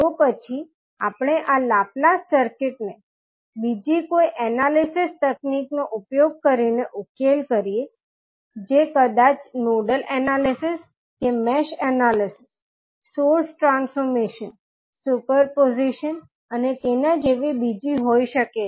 તો પછી આપણે આ લાપ્લાસ સર્કિટને બીજી કોઈ એનાલિસિસ તકનીકનો ઉપયોગ કરીને ઉકેલ કરીએ છીએ જે કદાચ નોડલ એનાલિસીસ કે mesh analysis source transformation superposition અને તેના જેવી બીજી હોય શકે છે